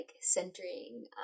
centering